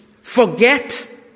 Forget